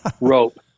rope